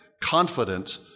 confident